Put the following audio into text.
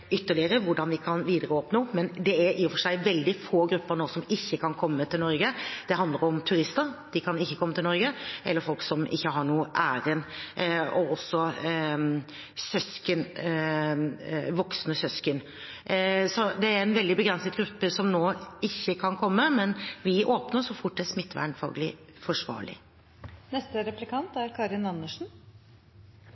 hvordan vi kan åpne opp videre, men det er i og for seg nå veldig få grupper som ikke kan komme til Norge. Det handler om turister – de kan ikke komme til Norge – eller folk som ikke har noe ærend, og også søsken, voksne søsken. Så det er nå en veldig begrenset gruppe som ikke kan komme, men vi åpner så fort det er